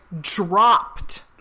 dropped